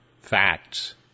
facts